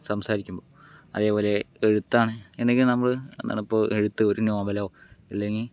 സംസാരിക്കും അതേപോലെ എഴുത്താണ് എന്നെങ്കിൽ നമ്മള് എന്താണ് ഇപ്പോൾ എഴുത്ത് ഒരു നോവലോ അല്ലെങ്കിൽ